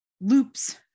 loops